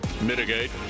mitigate